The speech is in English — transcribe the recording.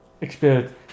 experience